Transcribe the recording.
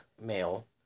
male